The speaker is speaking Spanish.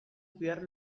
cuidar